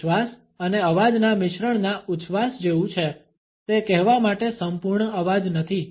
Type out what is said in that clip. તે શ્વાસ અને અવાજના મિશ્રણના ઉચ્છવાસ જેવું છે તે કહેવા માટે સંપૂર્ણ અવાજ નથી